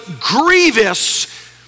grievous